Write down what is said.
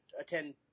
attend